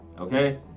Okay